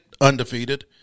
undefeated